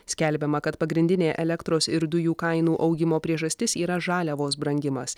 skelbiama kad pagrindinė elektros ir dujų kainų augimo priežastis yra žaliavos brangimas